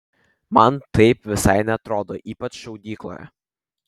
man taip visai neatrodo ypač šaudykloje